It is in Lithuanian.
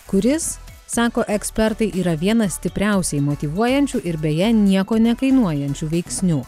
kuris sako ekspertai yra vienas stipriausiai motyvuojančių ir beje nieko nekainuojančių veiksnių